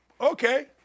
Okay